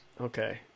Okay